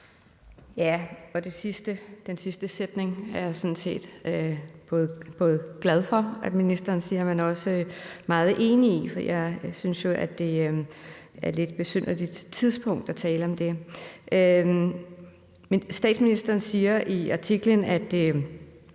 (DD): Den sidste sætning er jeg sådan set både glad for at ministeren siger, men også meget enig i, for jeg synes jo, at det er et lidt besynderligt tidspunkt at tale om det. Statsministeren siger i artiklen, at